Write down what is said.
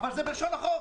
אבל זה בלשון החוק,